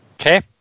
Okay